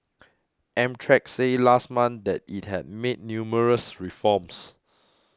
Amtrak said last month that it had made numerous reforms